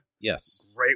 yes